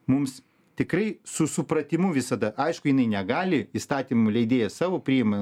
mums tikrai su supratimu visada aišku jinai negali įstatymų leidėjas savo priima